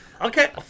okay